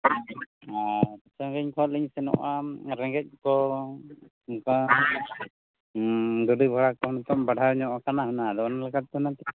ᱟᱨ ᱥᱟᱺᱜᱤᱧ ᱠᱷᱚᱱᱞᱤᱧ ᱥᱮᱱᱚᱜᱼᱟ ᱨᱮᱸᱜᱮᱡᱠᱚ ᱚᱱᱠᱟ ᱜᱟᱹᱰᱤ ᱵᱷᱟᱲᱟᱠᱚ ᱱᱤᱛᱚᱝ ᱵᱟᱲᱦᱟᱣᱧᱚᱜ ᱟᱠᱟᱱᱟ ᱦᱩᱱᱟᱹᱝ ᱟᱫᱚ ᱚᱱᱟ ᱞᱮᱠᱟᱛᱮ